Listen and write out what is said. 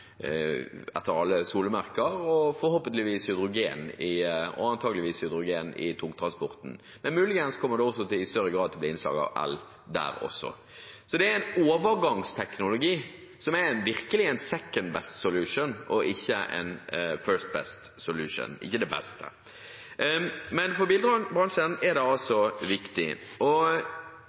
etter alle solemerker, og antakeligvis hydrogen i tungtransporten. Men muligens kommer det også i større grad til å bli et innslag av el der også. Så det er en overgangsteknologi, som virkelig er en «second best solution» og ikke en «first best solution» – ikke det beste. Men for bilbransjen er det viktig.